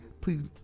please